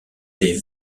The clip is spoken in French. des